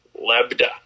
Lebda